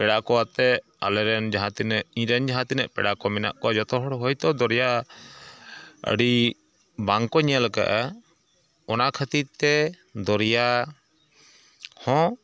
ᱯᱮᱲᱟᱠᱚ ᱟᱛᱮ ᱟᱞᱮᱨᱮᱱ ᱡᱟᱦᱟᱸ ᱛᱤᱱᱟᱹᱜ ᱤᱧᱨᱮᱱ ᱡᱟᱦᱟᱸ ᱛᱤᱱᱟᱹᱜ ᱯᱮᱲᱟᱠᱚ ᱢᱮᱱᱟᱜ ᱠᱚᱣᱟ ᱡᱚᱛᱚᱦᱚᱲ ᱦᱚᱭᱛᱚ ᱫᱚᱨᱭᱟ ᱟᱹᱰᱤ ᱵᱟᱝᱠᱚ ᱧᱮᱞ ᱟᱠᱟᱫᱼᱟ ᱚᱱᱟ ᱠᱷᱟᱹᱛᱤᱨᱛᱮ ᱫᱚᱨᱭᱟ ᱦᱚᱸ